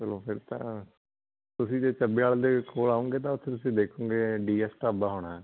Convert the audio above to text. ਚਲੋ ਫਿਰ ਤਾਂ ਤੁਸੀਂ ਜੇ ਚੱਬੇ ਵਾਲੇ ਦੇ ਕੋਲ ਆਉਂਗੇ ਤਾਂ ਤੁਸੀਂ ਦੇਖੋਗੇ ਡੀ ਐਸ ਢਾਬਾ ਹੋਣਾ